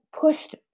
pushed